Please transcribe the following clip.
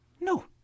No